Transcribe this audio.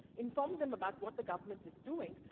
inform them about what the government is doing,